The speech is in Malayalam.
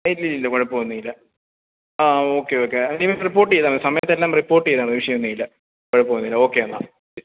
ഇല്ല ഇല്ല കുഴപ്പമൊന്നുമില്ല ആ ഓക്കെ ഓക്കെ നിവിന് റിപ്പോട്ട് ചെയ്താൽ മതി സമയത്തെല്ലാം റിപ്പോട്ട് ചെയ്താൽ മതി വിഷയമൊന്നുമില്ല കുഴപ്പമൊന്നുമില്ല ഓക്കെ എന്നാൽ